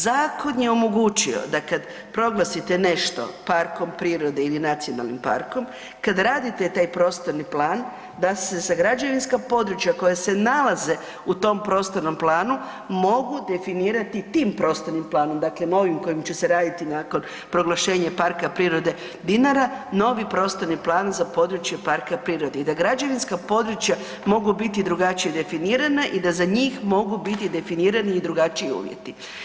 Zakon je omogućio da kad proglasite nešto parkom prirode ili nacionalnim parkom, kad radite taj prostorni plan, da se za građevinska područja koja se nalaze u tom prostornom planu, mogu definirati tim prostornim planom, dakle ovim koji će se raditi nakon proglašenja Parka prirode Dinara, novi prostorni plan za područje parka prirode i da građevinska područja mogu biti drugačije definirana i da za njih mogu biti definirani i drugačiji uvjeti.